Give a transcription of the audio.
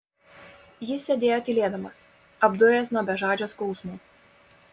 jis sėdėjo tylėdamas apdujęs nuo bežadžio skausmo